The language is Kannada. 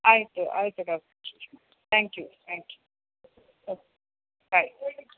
ಆಯಿತು ಆಯಿತು doctor thank you thank you okay by